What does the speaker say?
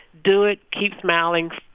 do it. keep smiling.